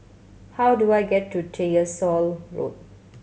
how do I get to Tyersall Road